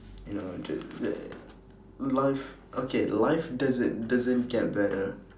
you know just that life okay life doesn't doesn't get better